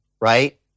right